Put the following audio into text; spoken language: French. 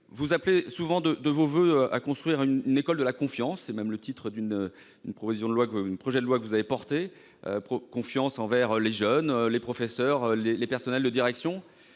Vous appelez souvent de vos voeux la construction d'une école de la confiance- c'est même le titre d'un projet de loi que vous avez défendu : confiance envers les jeunes, envers les professeurs, envers les personnels de direction.